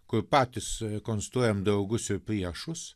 kur patys konstruojam draugus ir priešus